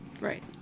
Right